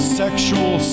sexual